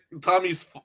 Tommy's